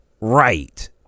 right